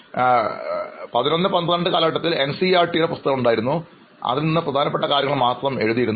11 12 കാലഘട്ടത്തിൽ എൻസിഇആർടി യുടെ പുസ്തകങ്ങൾ ഉണ്ടായിരുന്നു അതിൽനിന്നും പ്രധാനപ്പെട്ട കാര്യങ്ങൾ മാത്രം എഴുതിയിരുന്നു